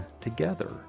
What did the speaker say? Together